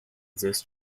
these